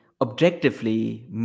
objectively